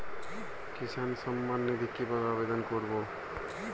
কিষান সম্মাননিধি কিভাবে আবেদন করব?